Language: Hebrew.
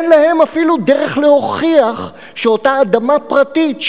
אין להם אפילו דרך להוכיח שאותה אדמה פרטית,